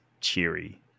cheery